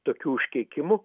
tokių užkeikimu